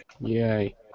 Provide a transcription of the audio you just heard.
Yay